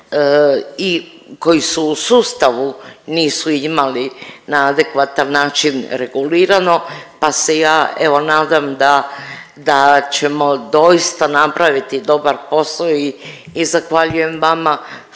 i koji su u sustavu nisu imali na adekvatan način regulirano, pa se ja evo nadam da, da ćemo doista napraviti dobar posao i zahvaljujem vama što